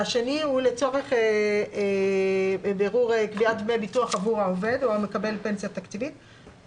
והשני לצורך בירור קביעת דמי ביטוח עבור העובד או מקבל הפנסיה המוקדמת.